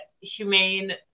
humane